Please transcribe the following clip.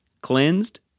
cleansed